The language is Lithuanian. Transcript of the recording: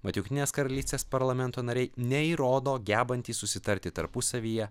mat jungtinės karalystės parlamento nariai neįrodo gebantys susitarti tarpusavyje